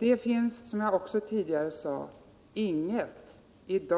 Det finns, som jag också tidigare sade, i dag inget